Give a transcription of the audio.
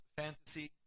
fantasy